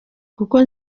kuko